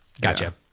Gotcha